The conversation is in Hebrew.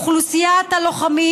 אוכלוסיית הלוחמים,